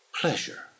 Pleasure